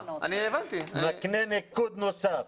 מקנה ניקוד נוסף.